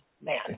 Man